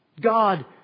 God